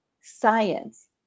science